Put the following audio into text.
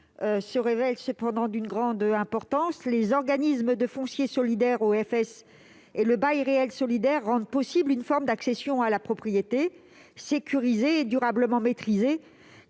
se révèle cependant d'une grande importance. Les organismes de foncier solidaire et le bail réel solidaire rendent possibles une forme d'accession à la propriété sécurisée et durablement maîtrisée